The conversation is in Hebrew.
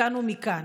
מכאן ומכאן,